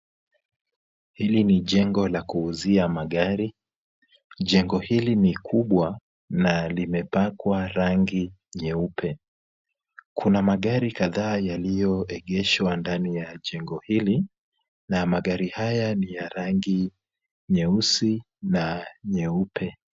Hili ni jengo la kuuzia magari . Jengo hili ni kubwa na limepakwa rangi nyeupe. Kuna magari kadhaa yaliyoegeshwa ndani ya jengo hili na magari haya ni ya rangi nyeusi na nyeupe.